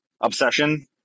Obsession